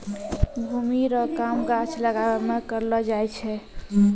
भूमि रो काम गाछ लागाबै मे करलो जाय छै